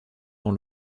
dans